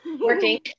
working